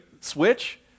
switch